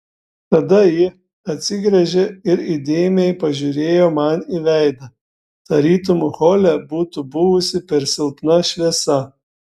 tada ji atsigręžė ir įdėmiai pažiūrėjo man į veidą tarytum hole būtų buvusi per silpna šviesa